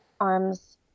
arms